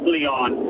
Leon